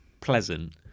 pleasant